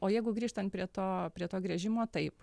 o jeigu grįžtant prie to prie to gręžimo taip